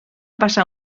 passar